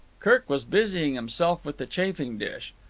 kirk was busying himself with the chafing-dish.